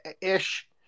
ish